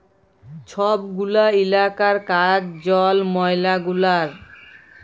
ছব গুলা ইলাকার কাজ জল, ময়লা গুলার